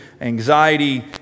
anxiety